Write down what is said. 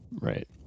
Right